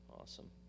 Awesome